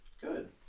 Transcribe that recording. Good